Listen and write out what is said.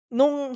Nung